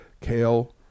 Kale